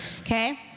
okay